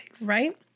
Right